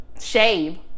shave